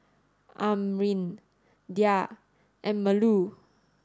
Amrin Dhia and Melur